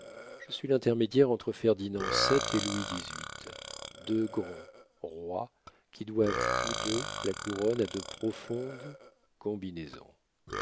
je suis l'intermédiaire entre ferdinand vii et louis xviii deux grands rois qui doivent tous deux la couronne à de profondes combinaisons